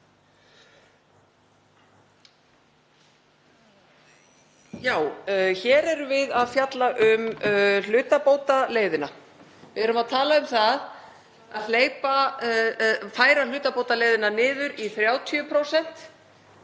Hér erum við að fjalla um hlutabótaleiðina. Við erum að tala um að færa hlutabótaleiðina niður í 30%,